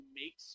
make